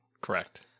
Correct